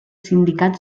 sindicats